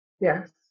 Yes